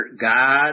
God